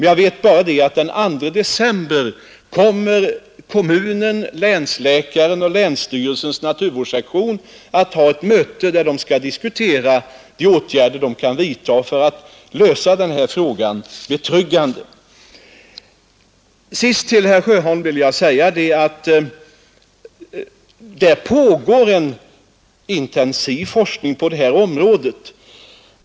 Jag vet bara att den 2 december kommer kommunen, länsläkaren och länsstyrelsens naturvårdssektion att ha ett möte där de skall diskutera vilka ätgärder man kan vidta för att lösa frågan betryggande. Till herr Sjöholm vill jag säga att det pågår en intensiv forskning på detta område.